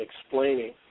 explaining